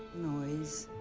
noise.